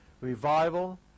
Revival